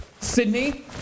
Sydney